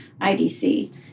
IDC